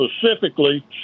specifically